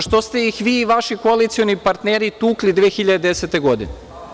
Što ste ih vi i vaši koalicioni partneri tukli 2010. godine?